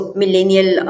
millennial